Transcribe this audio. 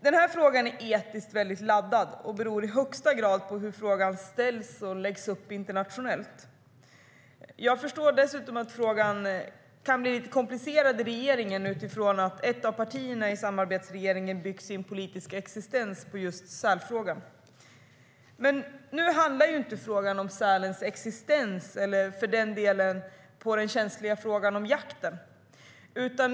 Den här frågan är etiskt väldigt laddad och beror i högsta grad på hur frågan ställs och läggs upp internationellt. Jag förstår dessutom att frågan kan bli lite komplicerad i regeringen utifrån att ett av partierna i samarbetsregeringen byggt sin politiska existens på just sälfrågan. Men nu gäller det inte sälens existens eller för den delen den känsliga frågan om jakten.